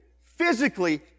physically